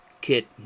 kit